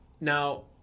Now